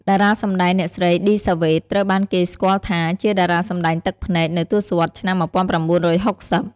តារាសម្តែងអ្នកស្រី ឌី សាវ៉េត ត្រូវបានគេស្គាល់ថាជា "តារាសម្តែងទឹកភ្នែក" នៅទសវត្សរ៍ឆ្នាំ ១៩៦០។